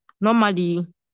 normally